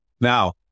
Now